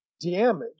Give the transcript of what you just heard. damage